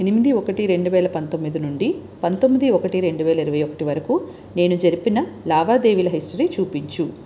ఎనిమిది ఒకటి రెండు వేల పంతొమ్మిది నుండి పందొమ్మిది ఒకటి రెండు వేల ఇరవై ఒకటి వరకు నేను జరిపిన లావాదేవీల హిస్టరీ చూపించుము